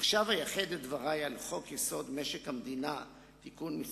עכשיו אייחד את דברי לחוק-יסוד: משק המדינה (תיקון מס'